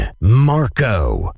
Marco